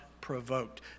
provoked